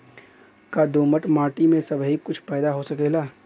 का दोमट माटी में सबही कुछ पैदा हो सकेला?